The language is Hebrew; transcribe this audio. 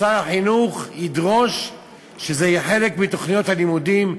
ששר החינוך ידרוש שזה יהיה חלק מתוכניות הלימודים.